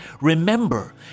remember